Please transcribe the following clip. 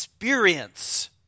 Experience